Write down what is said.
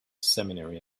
seminary